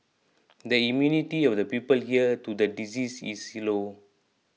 the immunity of the people here to the disease is low